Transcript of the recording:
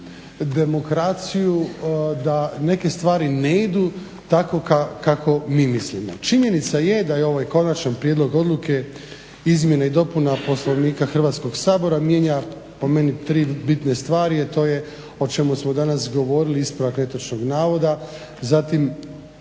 demokraciju da neke stvari ne idu tako kako mi mislimo. Činjenica je da je ovaj konačan prijedlog Odluke izmjena i dopuna Poslovnika Hrvatskog sabora mijenja po meni tri bitne stvari, a to je o čemu smo danas govorili ispravak netočnog navoda, zatim